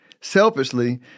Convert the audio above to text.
selfishly